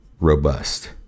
robust